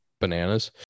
bananas